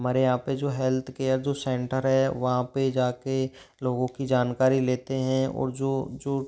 हमारे यहाँ पे जो हेल्थ केयर जो सेंटर है वहाँ पे जाके लोगों की जानकारी लेते हैं और जो जो